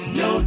no